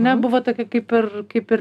ne buvo tokia kaip ir kaip ir